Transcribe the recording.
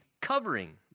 covering